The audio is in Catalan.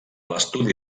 l’estudi